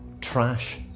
trash